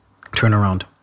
turnaround